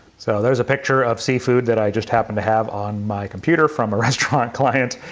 so there's a picture of seafood that i just happened to have on my computer from a restaurant client.